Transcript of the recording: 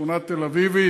שכונה תל-אביבית,